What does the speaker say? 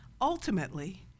Ultimately